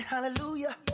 Hallelujah